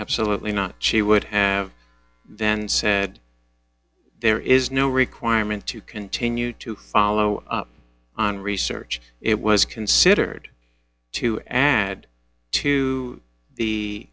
absolutely not she would have then said there is no requirement to continue to follow up on research it was considered to add to the